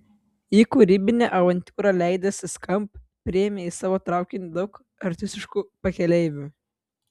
į kūrybinę avantiūrą leidęsi skamp priėmė į savo traukinį daug artistiškų pakeleivių